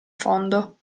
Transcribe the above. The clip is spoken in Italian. fondo